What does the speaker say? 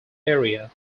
area